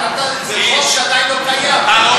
חבר'ה, די, די.